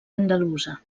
andalusa